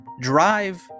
drive